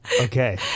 Okay